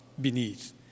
beneath